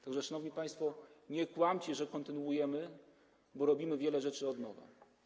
Tak że, szanowni państwo, nie kłamcie, że kontynuujemy, bo robimy wiele rzeczy od nowa.